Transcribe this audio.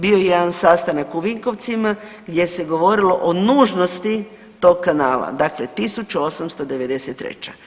Bio je jedan sastanak u Vinkovcima gdje se govorilo o nužnosti tog kanala, dakle 1893.